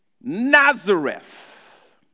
Nazareth